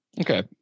okay